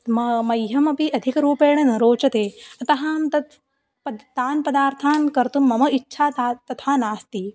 म मह्यमपि अधिकरूपेण न रोचते अतः अहं तत् पद् तान् पदार्थान् कर्तुं मम इच्छा त तथा नास्ति